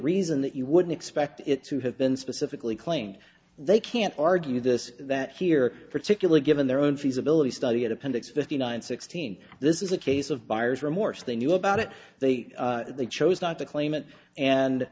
reason that you wouldn't expect it to have been specifically claimed they can't argue this that here particularly given their own feasibility study at appendix fifty nine sixteen this is a case of buyer's remorse they knew about it they they chose not to claim it